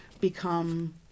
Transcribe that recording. become